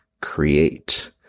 create